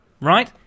right